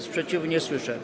Sprzeciwu nie słyszę.